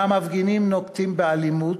והמפגינים נוקטים אלימות,